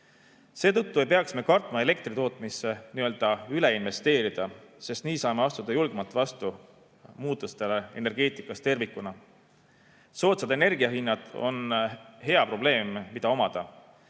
Seetõttu ei peaks me kartma elektritootmisse nii‑öelda üle investeerida, sest nii saame astuda julgemalt vastu muutustele energeetikas tervikuna. Soodsad energiahinnad on hea probleem, mida omada.